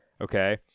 okay